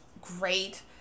great